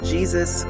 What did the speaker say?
Jesus